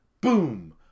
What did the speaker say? boom